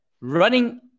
running